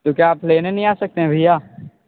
तो क्या आप लेने नहीं आ सकते है भैया